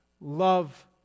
love